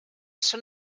són